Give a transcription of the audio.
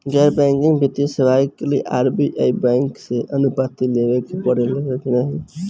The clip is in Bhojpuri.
गैर बैंकिंग वित्तीय सेवाएं के लिए आर.बी.आई बैंक से अनुमती लेवे के पड़े ला की नाहीं?